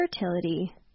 fertility